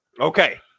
Okay